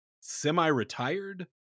semi-retired